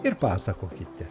ir pasakokite